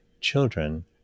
children